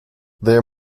there